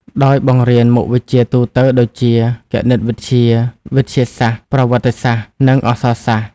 ដោយបង្រៀនមុខវិជ្ជាទូទៅដូចជា គណិតវិទ្យា វិទ្យាសាស្ត្រ ប្រវត្តិសាស្ត្រ និងអក្សរសាស្ត្រ។